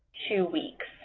two weeks